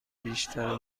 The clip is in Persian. بیشتر